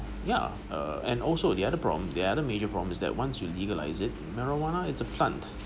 ya uh and also the other problem the other major problem is that once you legalize it marijuana it's a plant